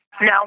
No